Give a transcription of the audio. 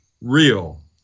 real